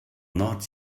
not